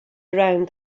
around